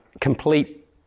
complete